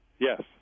Yes